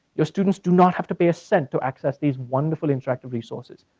your students do not have to pay a cent to access these wonderful interactive resources.